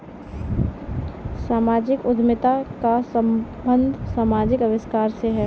सामाजिक उद्यमिता का संबंध समाजिक आविष्कार से है